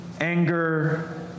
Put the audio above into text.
anger